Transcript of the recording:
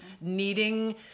needing